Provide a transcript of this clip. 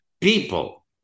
people